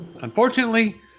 unfortunately